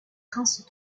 princes